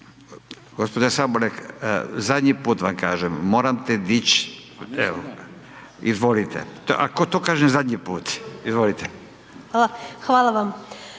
Gospođa Sabolek zadnji put vam kažem, morate dići, evo, izvolite, a to kažem zadnji put. Izvolite. **Sabolek,